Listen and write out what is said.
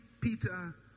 Peter